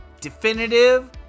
definitive